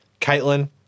Caitlin